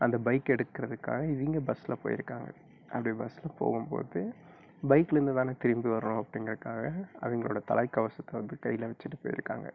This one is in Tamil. அந்த பைக் எடுக்கிறதுக்காக இவங்க பஸ்ஸில் போய்ருக்காங்க அப்படி பஸ்ஸில் போகும்போது பைக்லேருந்துதானே திரும்பி வர்றோம் அப்டிங்கிறதுக்காங்க அவங்களோட தலைக்கவசத்தை வந்து கையில் வச்சுட்டு போய்ருக்காங்க